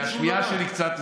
השמיעה שלי קצת,